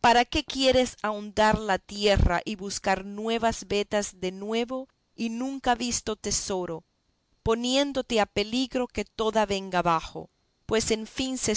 para qué quieres ahondar la tierra y buscar nuevas vetas de nuevo y nunca visto tesoro poniéndote a peligro que toda venga abajo pues en fin se